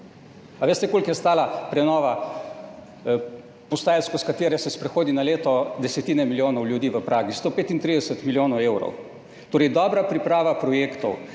veste, koliko je stala prenova postaje, skozi katero se sprehodi na leto desetine milijonov ljudi v Pragi? 135 milijonov evrov. Torej, dobra priprava projektov,